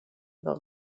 del